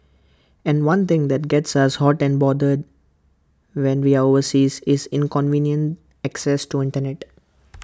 and one thing that gets us hot and bothered when we're overseas is inconvenient access to Internet